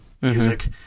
music